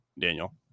Daniel